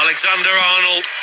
Alexander-Arnold